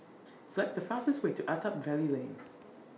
Select The fastest Way to Attap Valley Lane